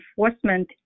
enforcement